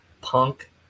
Punk